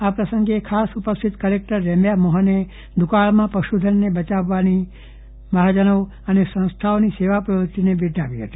આ પ્રસંગે ખાસ ઉપસ્થિત કલેકટર રેમ્યા મોહને દ્દકાળમાં પશુધનને બચાવવાની મહાજનો અને સંસ્થાઓની સેવા પ્રવ્રતિને બિરદાવી હતી